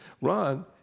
Ron